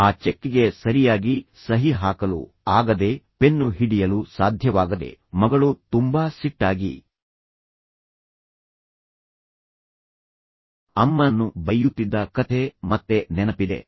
ಆ ಚೆಕ್ಗೆ ಸರಿಯಾಗಿ ಸಹಿ ಹಾಕಲು ಆಗದೆ ಪೆನ್ನು ಹಿಡಿಯಲು ಸಾಧ್ಯವಾಗದೆ ಮಗಳು ತುಂಬಾ ಸಿಟ್ಟಾಗಿ ಅಮ್ಮನನ್ನು ಬೈಯುತ್ತಿದ್ದ ಕಥೆ ಮತ್ತೆ ನೆನಪಿದೆ